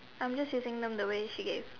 I'm just using them the way she gave